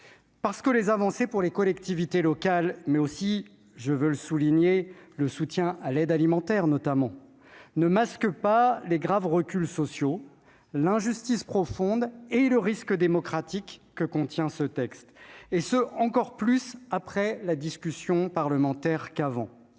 effet, les avancées pour les collectivités locales, mais aussi- je tiens à le souligner -le soutien à l'aide alimentaire, ne masquent pas les graves reculs sociaux, l'injustice profonde et le risque démocratique que contient ce texte, et cela encore plus après la discussion parlementaire qu'avant.